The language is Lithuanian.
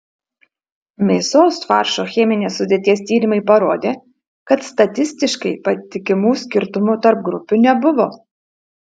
mėsos faršo cheminės sudėties tyrimai parodė kad statistiškai patikimų skirtumų tarp grupių nebuvo